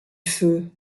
feu